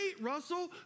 Russell